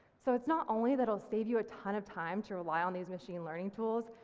so it's not only that will save you a ton of time to rely on these machine learning tools,